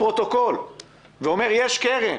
ואמר לפרוטוקול: יש קרן,